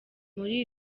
muri